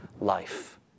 life